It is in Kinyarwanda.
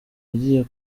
agiye